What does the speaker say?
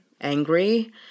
angry